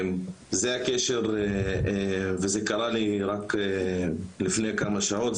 זה הקשר, וזה קרה לי רק לפני כמה שעות.